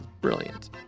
brilliant